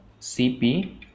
Cp